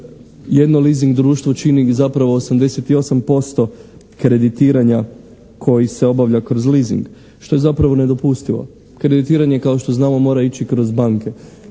jedno leasing društvo čini ih zapravo 88% kreditiranja koji se obavlja kroz leasing što je zapravo nedopustivo. Kreditiranje kao što znamo mora ići kroz banke